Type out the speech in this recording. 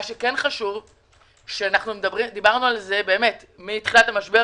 מה שכן חשוב - דיברנו על זה מתחילת המשבר,